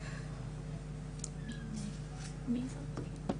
שלום לכולם.